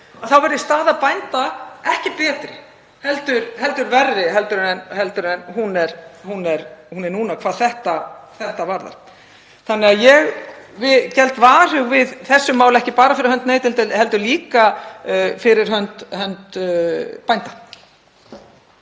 verði staða bænda ekki betri heldur verri en hún er núna hvað þetta varðar. Ég geld varhuga við þessu máli, ekki bara fyrir hönd neytenda heldur líka fyrir hönd bænda.